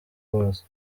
bose